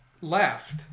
left